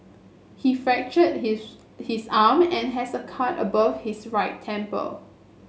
he fractured his his arm and has a cut above his right temple